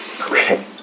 Okay